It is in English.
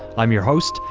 i'm your host,